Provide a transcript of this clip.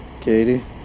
Katie